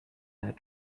that